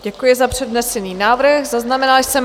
Děkuji za přednesený návrh, zaznamenala jsem.